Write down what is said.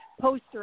poster